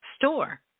store